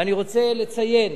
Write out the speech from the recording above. ואני רוצה לציין